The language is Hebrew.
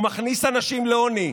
הוא מכניס אנשים לעוני.